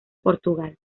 portugal